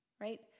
Right